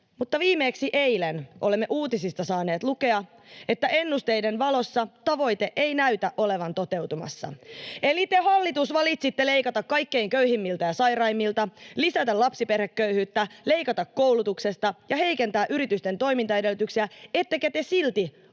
mutta viimeksi eilen olemme uutisista saaneet lukea, että ennusteiden valossa tavoite ei näytä olevan toteutumassa. Eli te, hallitus, valitsitte leikata kaikkein köyhimmiltä ja sairaimmilta, lisätä lapsiperheköyhyyttä, leikata koulutuksesta ja heikentää yritysten toimintaedellytyksiä, ettekä te silti ole